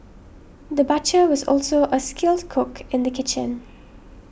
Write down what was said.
the butcher was also a skilled cook in the kitchen